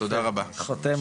תודה רבה.